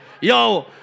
yo